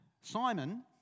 Simon